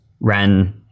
ran